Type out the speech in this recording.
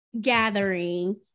gathering